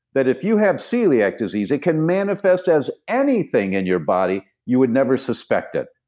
that if you have celiac disease, it can manifest as anything in your body. you would never suspect it.